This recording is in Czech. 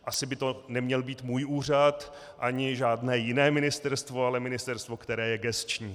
Asi by to neměl být můj úřad ani žádné jiné ministerstvo, ale ministerstvo, které je gesční.